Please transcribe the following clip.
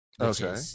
Okay